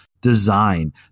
design